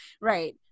right